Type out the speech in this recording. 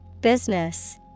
Business